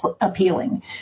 appealing